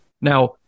now